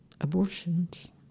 abortions